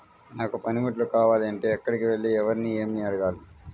నాకు పనిముట్లు కావాలి అంటే ఎక్కడికి వెళ్లి ఎవరిని ఏమి అడగాలి?